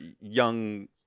young